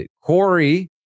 Corey